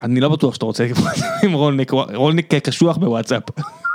אני לא בטוח שאתה רוצה.... עם רולניק קשוח בוואטסאפ.